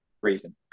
reason